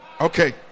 okay